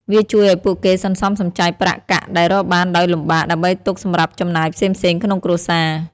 វាជួយឲ្យពួកគេសន្សំសំចៃប្រាក់កាក់ដែលរកបានដោយលំបាក ដើម្បីទុកសម្រាប់ចំណាយផ្សេងៗក្នុងគ្រួសារ។